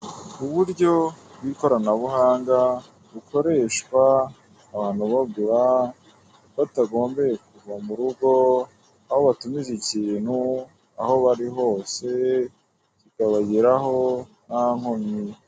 Uburyo bw'ikoranabuhanga bukoreshwa abantu bagura batagombeye kuva murugo aho batumiza ikintu aho bari hose kikabageraho ntankomyi.